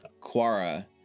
Quara